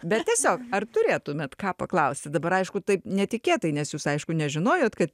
bet tiesiog ar turėtumėt ką paklausti dabar aišku taip netikėtai nes jūs aišku nežinojot kad